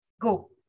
Go